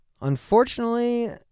unfortunately